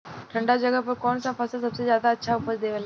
ठंढा जगह पर कौन सा फसल सबसे ज्यादा अच्छा उपज देवेला?